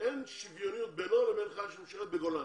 אין שוויוניות בינו לבין חייל שמשרת בגולני